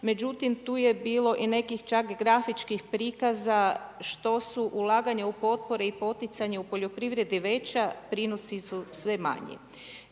Međutim, tu je bilo i nekih čak grafičkih prikaza što su ulaganja u potpore i poticanje u poljoprivredu veća prinosi su sve manji.